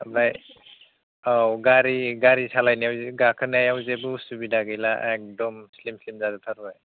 आमफ्राय औ गारि गारि सालायनायाव गाखोनायाव जेबो उसुबिदा गैला एकदम स्लिम स्लिम जाजोबथारबाय